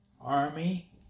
army